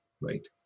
right